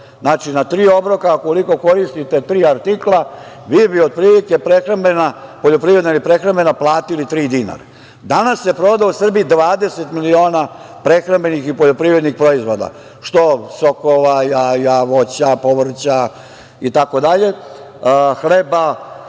Znači, na tri obroka koliko koristite tri artikla, otprilike bi prehrambena poljoprivreda ili prehrambena naplatili tri dinara. Danas se proda u Srbiji 20 miliona prehrambenih i poljoprivrednih proizvoda, što sokova, jaja, voća, povrća itd, hleba.